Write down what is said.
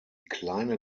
kleine